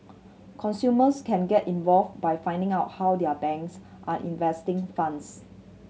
consumers can get involved by finding out how their banks are investing funds